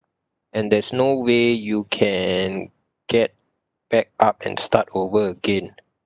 and there's no way you can get back up and start over again